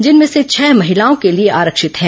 जिनमें से छह महिलाओं के लिए आरक्षित हैं